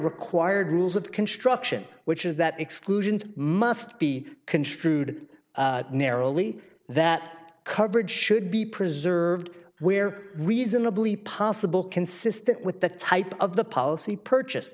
required rules of construction which is that exclusions must be construed narrowly that coverage should be preserved where reasonably possible consistent with the type of the policy purchase